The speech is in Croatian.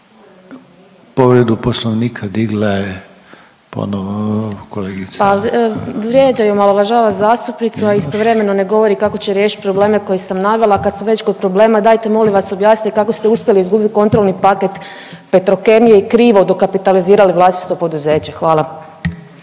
Jelena (Možemo!)** Pa vrijeđa i omalovažava zastupnicu, a istovremeno ne govori kako će riješiti probleme koje sam navela, kad smo već kod problema, dajte molim vas, objasnite kako ste uspjeli izgubiti kontrolni paket Petrokemije i krivo dokapitalizirali vlastito poduzeće? Hvala.